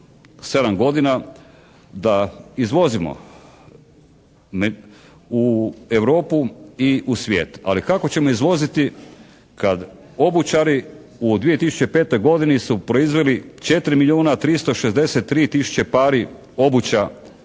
7 godina da izvozimo u Europu i u svijet, ali kako ćemo izvoziti kad obućari u 2005. godini su proizveli 4 milijuna 363 tisuće pari obuća